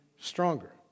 stronger